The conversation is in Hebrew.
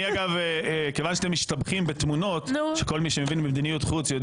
מכיוון שאתם משתבחים בתמונות שכל מי שמבין במדיניות חוץ יודע